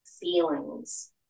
feelings